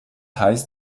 heißt